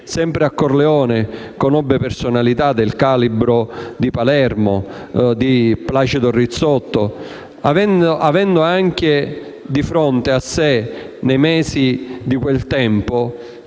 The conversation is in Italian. Sempre a Corleone conobbe personalità del calibro di Placido Rizzotto, avendo anche di fronte a sé nei mesi di quel tempo